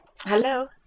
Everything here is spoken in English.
Hello